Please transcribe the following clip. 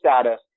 status